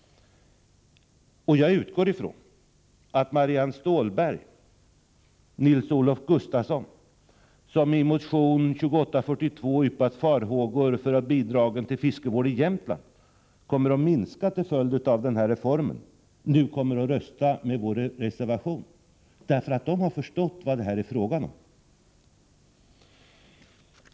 Jag utgår ifrån att Marianne Stålberg och Nils-Olof Gustafsson, som i motion 2842 yppat farhågor för att bidragen till fiskevård i Jämtland kommer att minska till följd av den här reformen, nu kommer att rösta med vår reservation, eftersom de har förstått vad det här är fråga om.